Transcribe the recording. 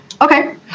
Okay